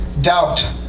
doubt